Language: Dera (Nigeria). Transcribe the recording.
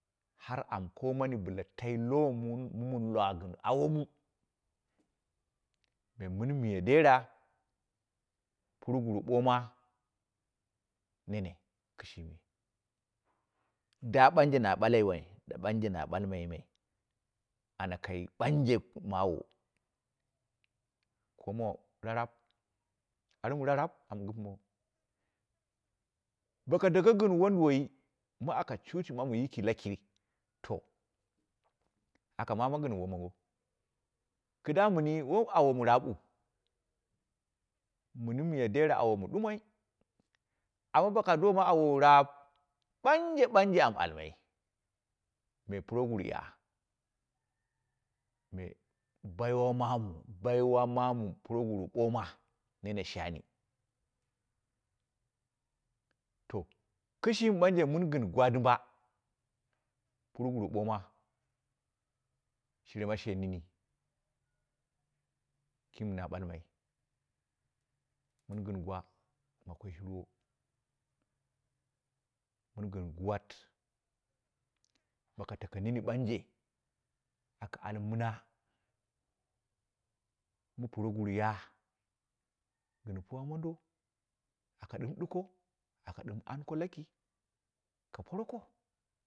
Hau am komani bɨla tai lo mɨ mɨn lwa gɨn awoma, gɨn mɨn miya dera proguru boma nene kɨshimi, da banje na bulaime, da banje nu balamaime, ana kai banje mawo, lumewo rarab, annu rarab am gɨpemawu, boka doko gɨn wun duwai mɨ aka chuchi mamu yiki, to aka mamo gɨn womango, kida mɨni wai awomu rarab wu, mini miya deru bomu ɗumoi, ammo boka doma awowo raab, ɓanje-ɓanje amu almai me progwu ya, me baiwa mamu, baiwa momu proguru mɨ boma nene shani, to kishimi banje mɨn gɨn gwa dumba, progura ɓoma, shire ma she nini kimi na balmai, mɨngɨn gwa ma koi shirwo, mɨn gɨn guwat boka koko nini ɓanje aka al mina mɨ proguru ya, gɨn puwo mando aka dim duko, aka dim auko laki ka poroko.